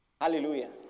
Hallelujah